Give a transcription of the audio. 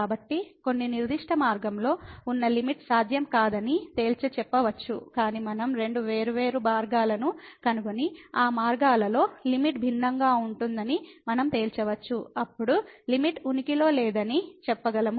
కాబట్టి కొన్ని నిర్దిష్ట మార్గంలో ఉన్న లిమిట్ సాధ్యం కాదని తేల్చిచెప్పవచ్చు కాని మనం రెండు వేర్వేరు మార్గాలను కనుగొని ఆ మార్గాల్లో లిమిట్ భిన్నంగా ఉంటుందని మనం తేల్చవచ్చు అప్పుడు లిమిట్ ఉనికిలో లేదని చెప్పగలను